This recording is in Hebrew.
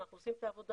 אנחנו עושים את העבודה,